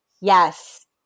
Yes